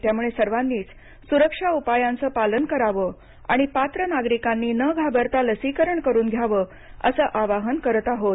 त्यामुळे सर्वांनीच सुरक्षा उपायांचं पालन करावं आणि पात्र नागरिकांनी न घाबरता लसीकरण करून घ्यावं असं आवाहन करत आहोत